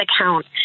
account